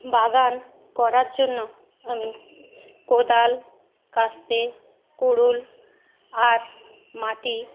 বাগান করার জন্য আমি কোদাল কাস্তে কুড়ুল আর মাটি